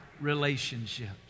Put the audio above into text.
relationships